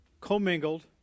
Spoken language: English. commingled